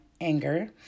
anger